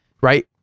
Right